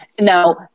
Now